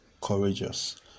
courageous